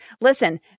listen